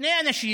ושני אנשים